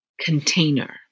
container